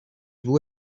vous